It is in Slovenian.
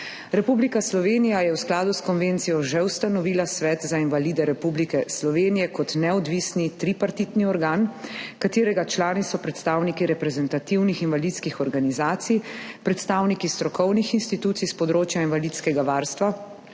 Republika Slovenija je v skladu s konvencijo že ustanovila Svet za invalide Republike Slovenije kot neodvisni tripartitni organ, katerega člani so predstavniki reprezentativnih invalidskih organizacij, predstavniki strokovnih institucij s področja invalidskega varstva